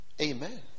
Amen